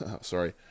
Sorry